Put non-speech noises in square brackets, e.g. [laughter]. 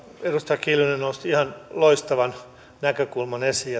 edustaja kiljunen nosti ihan loistavan näkökulman esiin [unintelligible]